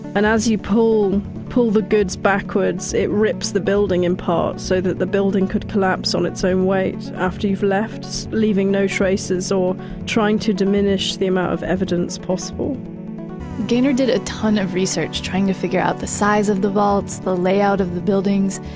and as you pull pull the goods backwards, it rips the building in part so that the building could collapse on its own weight after you've left leaving no traces or trying to diminish the amount ah of evidence possible ganer did a ton of research trying to figure out the size of the vaults, the layout of the buildings.